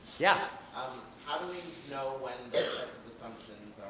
yeah how do we know when the assumptions